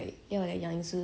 better than like 你 like